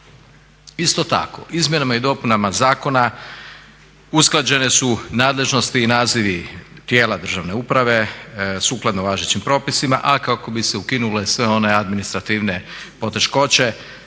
Isto tako izmjenama i dopunama zakona usklađene su nadležnosti i nazivi tijela državne uprave sukladno važećim propisima a kako bi se ukinule sve one administrativne poteškoće